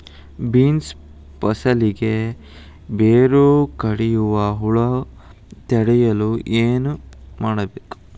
Beans ಫಸಲಿಗೆ ಬೇರು ಕಡಿಯುವ ಹುಳು ತಡೆಯಲು ಏನು ಮಾಡಬೇಕು?